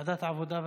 ועדת העבודה.